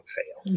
fail